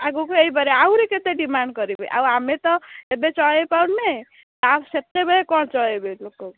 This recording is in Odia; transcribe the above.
ଆଗକୁ ହେଇପାରେ ଆହୁରି କେତେ ଡିମାଣ୍ଡ୍ କରିବେ ଆଉ ଆମେ ତ ଏବେ ଚଳେଇ ପାରୁନେ ତା ସେତେବେଳେ କ'ଣ ଚଳେଇବେ ଲୋକ